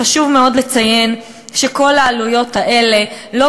חשוב מאוד לציין שכל העלויות האלה לא